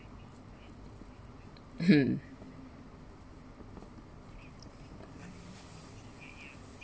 mmhmm